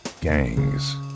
gangs